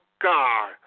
God